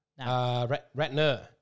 Ratner